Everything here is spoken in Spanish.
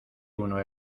uno